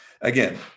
Again